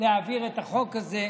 להעביר את החוק הזה,